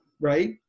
Right